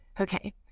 Okay